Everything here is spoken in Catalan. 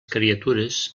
criatures